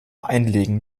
einlegen